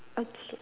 okay